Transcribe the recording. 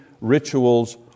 rituals